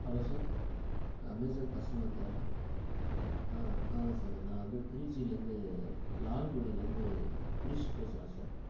hello sir Amazon customer கேரா ஆ ஆமாம் சார் நான் வந்து திருச்சிலேருந்து லால்குடிலேருந்து கிரிஷ் பேசுகிறேன் சார்